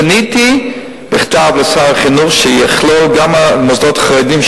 פניתי בכתב לשר החינוך שיכלול גם את מוסדות החרדיים,